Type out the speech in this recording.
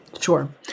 Sure